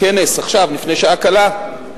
בכנס לפני שעה קלה?